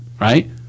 right